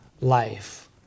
life